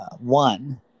one